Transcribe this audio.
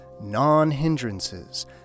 non-hindrances